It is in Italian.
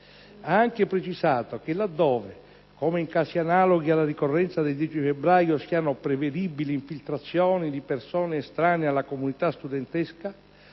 ha anche precisato che laddove, come in casi analoghi alla ricorrenza del 10 febbraio siano prevedibili infiltrazioni di persone estranee alla comunità studentesca,